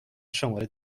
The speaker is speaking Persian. شماره